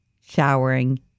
showering